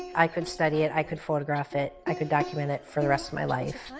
i could study it, i could photograph it, i could document it for the rest of my life.